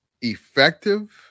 effective